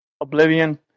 Oblivion